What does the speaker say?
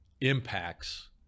impacts